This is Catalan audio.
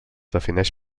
defineix